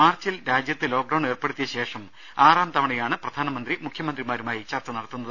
മാർച്ചിൽ രാജ്യത്ത് ലോക്ക്ഡൌൺ ഏർപ്പെടുത്തിയ ശേഷം ആറാം തവണയാണ് പ്രധാനമന്ത്രി മുഖ്യമന്ത്രിമാരുമായി ചർച്ച നടത്തുന്നത്